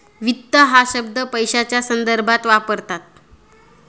वित्त हा शब्द पैशाच्या संदर्भात वापरतात